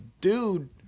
dude